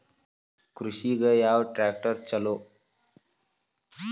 ಕೃಷಿಗ ಯಾವ ಟ್ರ್ಯಾಕ್ಟರ್ ಛಲೋ?